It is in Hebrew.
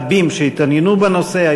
רבים שהתעניינו בנושא,